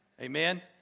Amen